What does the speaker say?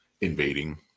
invading